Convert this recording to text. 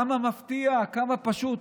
כמה מפתיע, כמה פשוט,